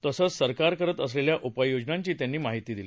तसंच सरकार करत असलेल्या उपाय योजनाची त्यांनी माहिती दिली